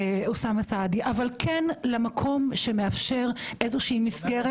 אוסאמה סעדי, אבל כן למקום שמאפשר איזושהי מסגרת.